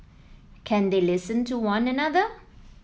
can they listen to one another